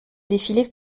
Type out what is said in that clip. défilés